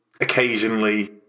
occasionally